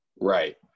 Right